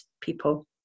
people